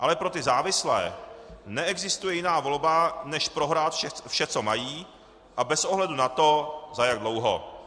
Ale pro ty závislé neexistuje jiná volba, než prohrát vše, co mají, a bez ohledu na to, za jak dlouho.